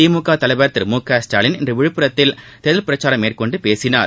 திமுக தலைவர் திரு மு க ஸ்டாலின் இன்று விழுப்புரத்தில் தேர்தல் பிரச்சாரம் மேற்கொண்டு பேசினார்